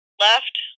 left